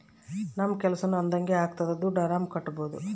ನಮ್ ಕೆಲ್ಸನೂ ಅದಂಗೆ ಆಗ್ತದೆ ದುಡ್ಡು ಆರಾಮ್ ಕಟ್ಬೋದೂ